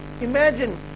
Imagine